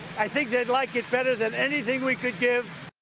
i think they'd like it better than anything we could give.